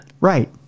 Right